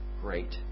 great